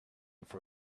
for